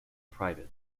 private